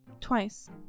twice